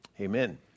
Amen